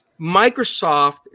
Microsoft